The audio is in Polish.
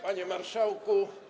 Panie Marszałku!